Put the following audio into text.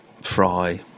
fry